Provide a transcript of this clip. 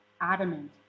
adamant